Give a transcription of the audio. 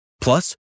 Plus